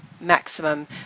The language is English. maximum